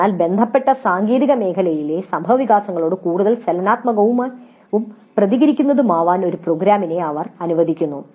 അതിനാൽ ബന്ധപ്പെട്ട സാങ്കേതിക മേഖലയിലെ സംഭവവികാസങ്ങളോട് കൂടുതൽ ചലനാത്മകവും പ്രതികരിക്കുന്നതും ആവാ൯ ഒരു പ്രോഗ്രാമിനെ അവർ അനുവദിക്കുന്നു